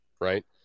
right